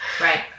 right